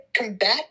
combat